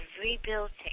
rebuilding